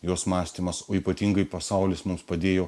jos mąstymas o ypatingai pasaulis mums padėjo